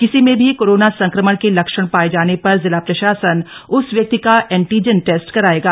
किसी में भी कोरोना संक्रमण के लक्षण पाये जाने पर जिला प्रशासन उस व्यक्ति का एंटीजन टेस्ट कराएगा